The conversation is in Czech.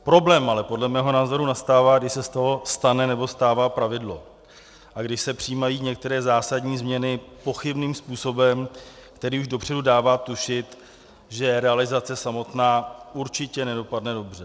Problém ale podle mého názoru nastává, když se z toho stane nebo stává pravidlo a když se přijímají některé zásadní změny pochybným způsobem, který už dopředu dává tušit, že realizace samotná určitě nedopadne dobře.